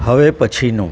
હવે પછીનું